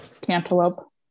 Cantaloupe